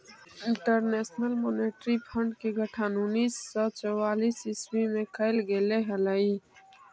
international monetary fund के गठन उन्नीस सौ चौवालीस ईस्वी में कैल गेले हलइ